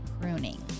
pruning